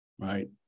right